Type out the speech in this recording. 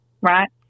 right